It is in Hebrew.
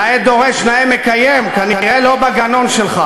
נאה דורש, נאה מקיים, כנראה לא בגנון שלך.